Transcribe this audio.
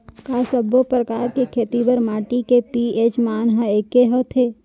का सब्बो प्रकार के खेती बर माटी के पी.एच मान ह एकै होथे?